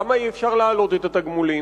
למה אי-אפשר להעלות את התמלוגים?